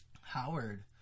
Howard